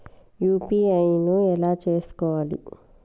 UPI ను ఎలా చేస్కోవాలి?